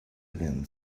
again